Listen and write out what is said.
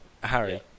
Harry